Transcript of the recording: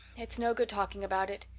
it's no good talking about it.